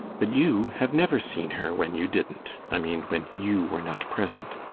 but you have never seen her when you didn't i mean, when you were not present.